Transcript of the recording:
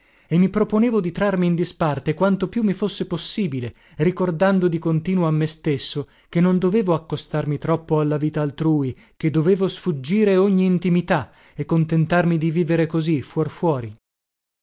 e mi proponevo di trarmi in disparte quanto più mi fosse possibile ricordando di continuo a me stesso che non dovevo accostarmi troppo alla vita altrui che dovevo sfuggire ogni intimità e contentarmi di vivere così fuor fuori